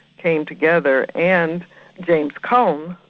came together and james cone,